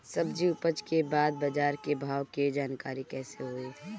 सब्जी उपज के बाद बाजार के भाव के जानकारी कैसे होई?